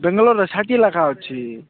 ବ୍ୟାଙ୍ଗାଲୋର୍ରେ thirty ଲେଖା ଅଛି